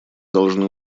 должны